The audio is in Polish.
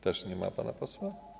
Też nie ma pana posła.